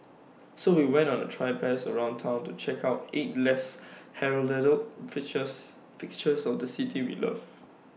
so we went on A traipse around Town to check out eight less heralded fixtures fixtures of the city we love